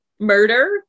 murder